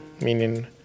meaning